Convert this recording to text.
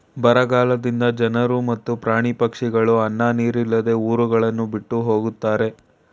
ಬರಗಾಲದಿಂದ ಜನರು ಮತ್ತು ಪ್ರಾಣಿ ಪಕ್ಷಿಗಳು ಅನ್ನ ನೀರಿಲ್ಲದೆ ಊರುಗಳನ್ನು ಬಿಟ್ಟು ಹೊಗತ್ತರೆ